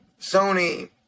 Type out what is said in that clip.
Sony